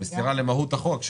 למהות החוק,